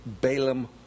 Balaam